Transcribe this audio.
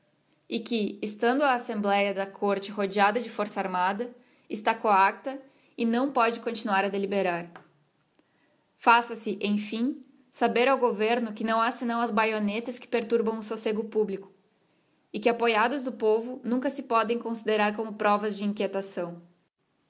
e que estando a assembléa nesta corte rodeada da força armada está coacta e nâo pôde continuar a deliberar faça-se emfim saber ao governo que não ha senão as baionetas que perturbam o socego publico e que apoiados do povo nunca se podem considerar como provas de inquietação